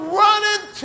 running